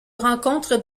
rencontre